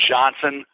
Johnson